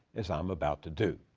as i'm about to do.